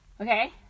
okay